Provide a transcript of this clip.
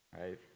right